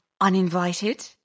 uninvited